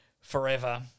forever